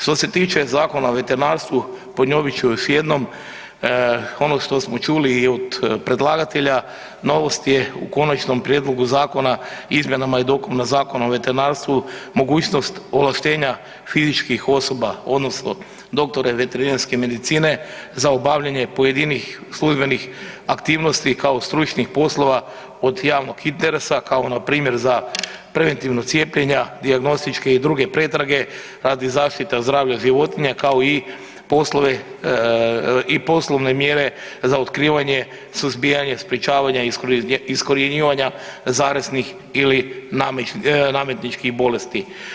Što se tiče Zakona o veterinarstvu, ponovit ću još jednom, ono što smo čuli i od predlagatelja, novost je u konačnom prijedlogu zakona izmjenama i dopuna Zakona o veterinarstvu mogućnost ovlaštenja fizičkih osoba odnosno doktore veterinarske medicine za obavljanje pojedinih službenih aktivnosti kao stručnih poslova od javnog interesa kao npr. za preventivno cijepljenja, dijagnostičke i druge pretrage radi zaštite zdravlja životinja kao i poslovne mjere za otkrivanje, suzbijanje, sprječavanje i iskorjenjivanja zaraznih ili nametničkih bolesti.